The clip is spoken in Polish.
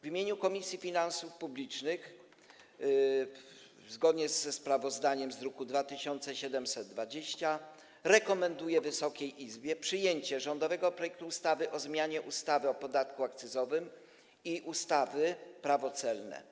W imieniu Komisji Finansów Publicznych, zgodnie ze sprawozdaniem z druku nr 2720, rekomenduję Wysokiej Izbie przyjęcie rządowego projektu ustawy o zmianie ustawy o podatku akcyzowym i ustawy Prawo celne.